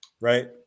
Right